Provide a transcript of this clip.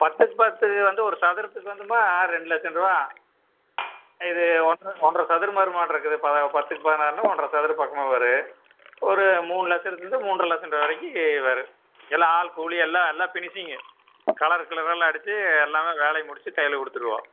பத்துக்கு பத்து வந்து ஒரு சதுரத்துக்கு வந்துமா ரெண்டு லட்சருபா இது ஒன்று ஒன்றரை சதுரன்ற மாதிரி இருக்குது ப பத்துக்கு பதினாறுன்னால் ஒன்றரை சதுரப்பக்கமாக வரும் ஒரு மூணு லட்சத்துலேருந்து மூன்றரை லட்சன்ற வரைக்கும் வரும் எல்லாம் ஆள் கூலி எல்லாம் எல்லாம் ஃபினிசிங்கு கலர் கிலரெல்லாம் அடித்து எல்லாமே வேலையை முடித்து கையில் கொடுத்துடுவோம்